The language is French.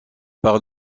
par